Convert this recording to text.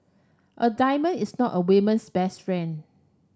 a diamond is not a woman's best friend